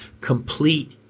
complete